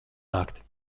nakti